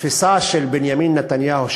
התפיסה של בנימין נתניהו,